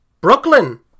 Brooklyn